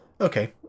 Okay